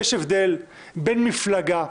יש מיזוג?